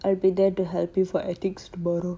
I will be there to help you for ethics tomorrow